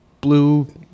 blue